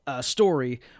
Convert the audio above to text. Story